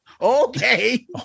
Okay